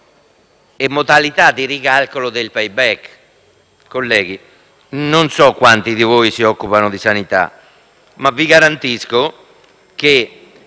e modalità di ricalcolo del *payback*. Colleghi, non sono quanti di voi si occupano di sanità, ma vi garantisco che